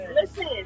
listen